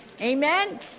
Amen